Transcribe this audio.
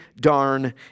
darn